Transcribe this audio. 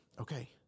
okay